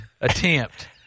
attempt